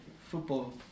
football